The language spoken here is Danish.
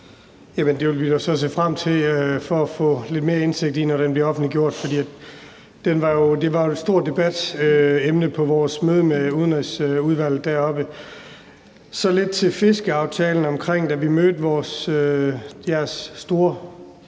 vi vil da så se frem til at få lidt mere indsigt i den, når den bliver offentliggjort, for det var jo et stort debatemne på vores møde med udlandsudvalget deroppe. Så lidt omkring fiskeriaftalen i forbindelse med vores møde